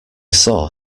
saw